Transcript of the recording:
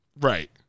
Right